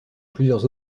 plusieurs